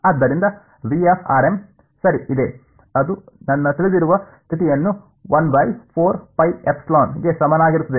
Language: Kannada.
ಆದ್ದರಿಂದ ಸರಿ ಇದೆ ಅದು ನನ್ನ ತಿಳಿದಿರುವ ಸ್ಥಿತಿಯನ್ನು ಗೆ ಸಮನಾಗಿರುತ್ತದೆ